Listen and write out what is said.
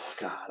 God